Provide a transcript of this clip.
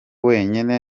wenyine